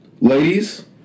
Ladies